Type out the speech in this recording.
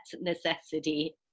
necessity